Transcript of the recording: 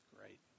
Great